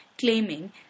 claiming